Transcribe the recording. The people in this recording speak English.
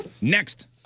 Next